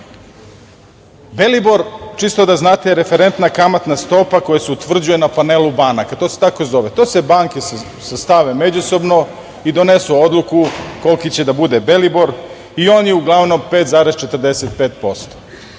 evra? Belibor, čisto da znate, je referentna kamatna stopa koja se utvrđuje na panelu banaka. To se tako zove. To se banke sastave međusobno i donesu odluku koliki će da bude belibor. On je uglavnom 5,45%.